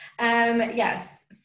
Yes